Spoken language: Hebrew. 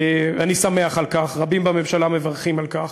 אני שמח על כך, רבים בממשלה מברכים על כך,